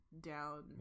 down